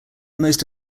most